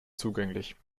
zugänglich